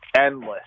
endless